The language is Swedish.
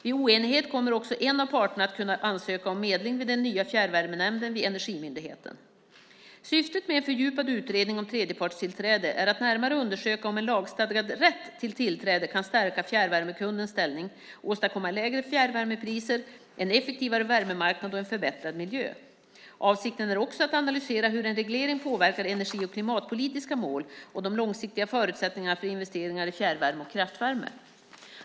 Vid oenighet kommer också en av parterna att kunna ansöka om medling vid den nya fjärrvärmenämnden vid Energimyndigheten. Syftet med en fördjupad utredning om tredjepartstillträde är att närmare undersöka om en lagstadgad rätt till tillträde kan stärka fjärrvärmekundens ställning, åstadkomma lägre fjärrvärmepriser, en effektivare värmemarknad och en förbättrad miljö. Avsikten är också att analysera hur en reglering påverkar energi och klimatpolitiska mål och de långsiktiga förutsättningarna för investeringar i fjärrvärme och kraftvärme.